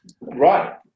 Right